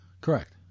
Correct